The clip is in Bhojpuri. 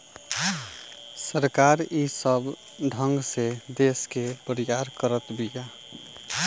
सरकार ई सब ढंग से देस के बरियार करत बिया